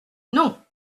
non